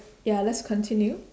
ya let's continue